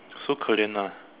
so 可怜 ah